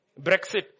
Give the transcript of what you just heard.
Brexit